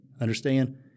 Understand